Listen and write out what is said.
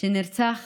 שנרצח